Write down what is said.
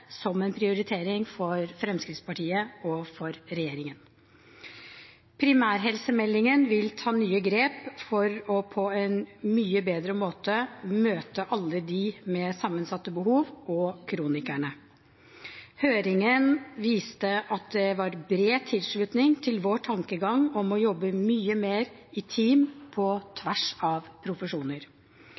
som en prioritering for Fremskrittspartiet og for regjeringen. Primærhelsemeldingen vil ta nye grep for på en mye bedre måte å møte alle dem med sammensatte behov og kronikerne. Høringen viste at det var bred tilslutning til vår tankegang om å jobbe mye mer i team på tvers av profesjoner.